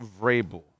Vrabel